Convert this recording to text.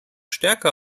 stärker